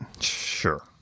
sure